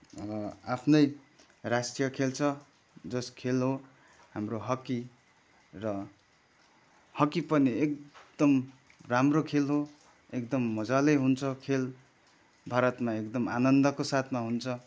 आफ्नै राष्ट्रिय खेल छ जस खेल हो हाम्रो हकी र हकी पनि एकदम राम्रो खेल हो एकदम मजाले हुन्छ खेल भारतमा एकदम आनन्दको साथमा हुन्छ